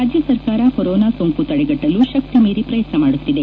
ರಾಜ್ಯ ಸರ್ಕಾರ ಕೊರೊನಾ ಸೋಂಕು ತಡೆಗಟ್ಟಲು ಶಕ್ತಿ ಮೀರಿ ಪ್ರಯತ್ನ ಮಾಡುತ್ತಿದೆ